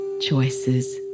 choices